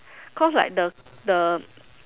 cause like the the